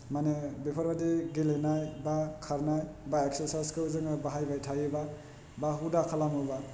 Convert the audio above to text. मानि बेफोर बायदि गेलेनाय बा खारनाय बा इक्सासाइसखौ जोङो बाहायबाय थायोबा बा हुदा खालामोबा